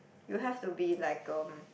you have to be like um